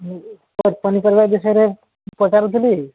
ମୁଁ ପନିପରିବା ବିଷୟରେ ପଚାରୁଥିଲି